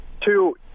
two